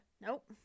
Nope